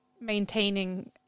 maintaining